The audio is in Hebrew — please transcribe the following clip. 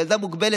היא ילדה מוגבלת,